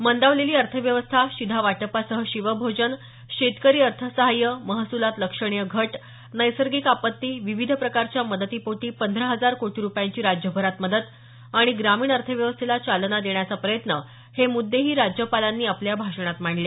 मंदावलेली अर्थव्यवस्था शिधावाटपासह शिवभोजन शेतकरी अर्थ साहाय्य महसुलात लक्षणीय घट नैसर्गिक आपत्ती विविध प्रकारच्या मदतीपोटी पंधरा हजार कोटी रुपयांची राज्यभरात मदत आणि ग्रामीण अथेव्यवस्थेला चालना देण्याचा प्रयत्न हे मुद्देही त्यांनी आपल्या भाषणात मांडले